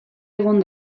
egon